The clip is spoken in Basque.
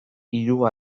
hiru